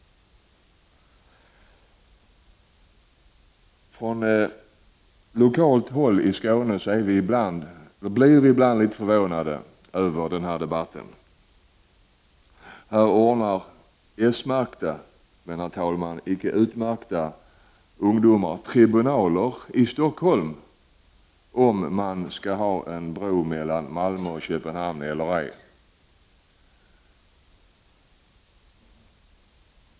Från lokalt håll blir vi i Skåne ibland litet förvånade över denna debatt. Här ordnar s-märkta men, herr talman, icke utmärkta ungdomar tribunaler i Stockholm över frågan om huruvida man skall ha en bro mellan Malmö och Köpenhamn.